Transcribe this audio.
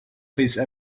please